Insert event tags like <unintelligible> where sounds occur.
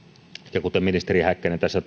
ja kuten ministeri häkkänen tässä <unintelligible>